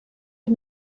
ich